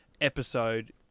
episode